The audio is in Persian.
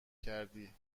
کردی